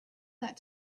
that